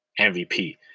MVP